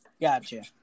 Gotcha